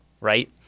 right